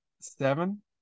Seven